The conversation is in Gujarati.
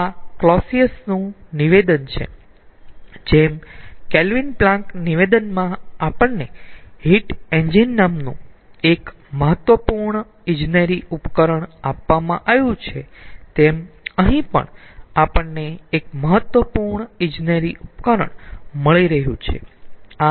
આ કલોસીયસ નું નિવેદન છે જેમ કેલ્વિન પ્લાન્ક નિવેદનમાં આપણને હીટ એન્જિન નામનું એક ખુબ જ મહત્વપૂર્ણ ઈજનેરી ઉપકરણ આપવામાં આવ્યું છે તેમ અહી પણ આપણને એક મહત્વપૂર્ણ ઈજનેરી ઉપકરણ મળી રહ્યું છે